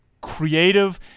creative